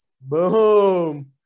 boom